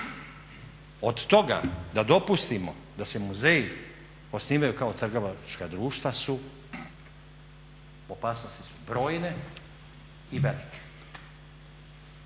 od toga da dopustimo da se muzeji osnivaju kao trgovačka društva su opasnosti su brojne i velike.